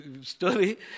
story